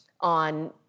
on